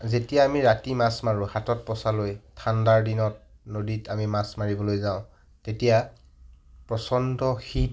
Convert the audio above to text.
যেতিয়া আমি ৰাতি মাছ মাৰো হাতত পঁচা লৈ ঠাণ্ডাৰ দিনত নদীত আমি মাছ মাৰিবলৈ যাওঁ তেতিয়া প্ৰচণ্ড শীত